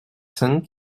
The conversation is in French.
cinq